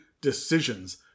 decisions